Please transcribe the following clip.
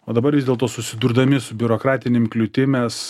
o dabar vis dėlto susidurdami su biurokratinėm kliūtim mes